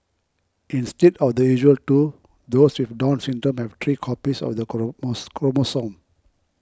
instead of the usual two those with Down Syndrome have three copies of the colon most chromosome